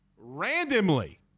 randomly